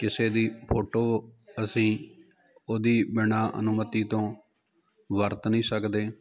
ਕਿਸੇ ਦੀ ਫੋਟੋ ਅਸੀਂ ਉਹਦੀ ਬਿਨਾਂ ਅਨੁਮਤੀ ਤੋਂ ਵਰਤ ਨਹੀਂ ਸਕਦੇ